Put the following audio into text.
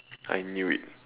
I knew it